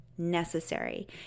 necessary